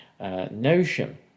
notion